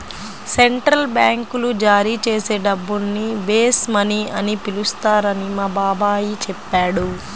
central బ్యాంకులు జారీ చేసే డబ్బుల్ని బేస్ మనీ అని పిలుస్తారని మా బాబాయి చెప్పాడు